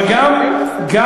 אבל גם גילה,